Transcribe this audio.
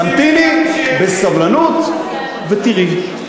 תמתיני בסבלנות ותראי.